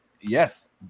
Yes